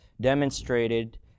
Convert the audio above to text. demonstrated